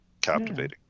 captivating